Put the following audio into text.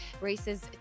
races